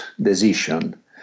decision